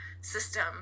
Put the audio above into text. system